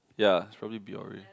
ya it's probably Biore